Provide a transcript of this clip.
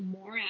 more